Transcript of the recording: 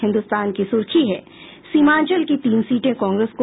हिन्दुस्तान की सुर्खी है सीमांचल की तीन सीटें कांग्रेस को